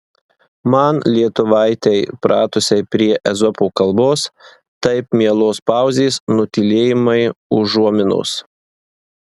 man lietuvaitei pratusiai prie ezopo kalbos taip mielos pauzės nutylėjimai užuominos